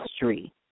history